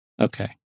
Okay